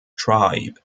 tribe